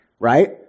Right